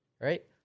Right